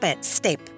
step